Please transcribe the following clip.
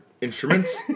instruments